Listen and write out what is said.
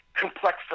complex